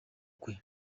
kwe